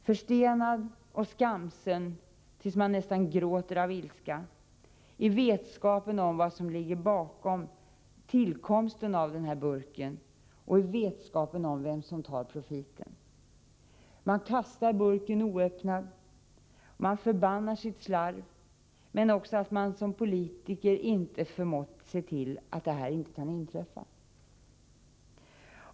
Förstenad och skamsen, tills man nästan gråter av ilska, i vetskapen om vad som ligger bakom tillkomsten av den där burken och i vetskapen om vem som tar profiten. Man kastar burken oöppnad, man förbannar sitt slarv men också att man som politiker inte förmått se till att det här inte kan inträffa.